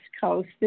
Coast